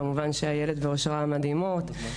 כמובן שאיילת ואושרה המדהימות.